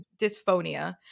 dysphonia